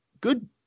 good